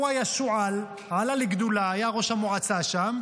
הוא היה שועל, עלה לגדולה, היה ראש המועצה שם.